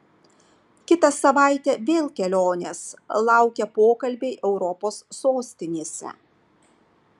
kitą savaitę vėl kelionės laukia pokalbiai europos sostinėse